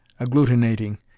agglutinating